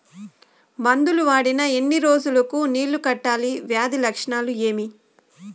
మందులు వాడిన ఎన్ని రోజులు కు నీళ్ళు కట్టాలి, వ్యాధి లక్షణాలు ఏమి?